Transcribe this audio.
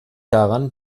daran